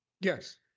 Yes